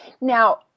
now